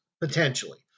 potentially